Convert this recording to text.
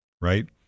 right